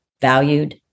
valued